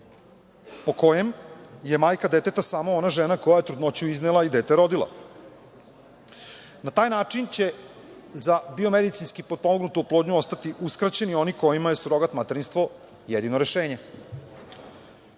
po kojem je majka deteta samo ona žena koja je trudnoću iznela i dete rodila. Na taj način će za biomedicinski potpomognutu oplodnju ostati uskraćeni oni kojima je sugorgat materinstvo jedino rešenje.